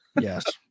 Yes